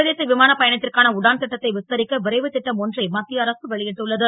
சர்வதேச விமானப் பயணத் ற்கான உடான் ட்டத்தை விஸ்தரிக்க வரைவு ட்டம் ஒன்றை மத் ய அரசு வெளி ட்டுள்ளது